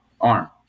arm